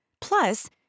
Plus